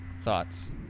thoughts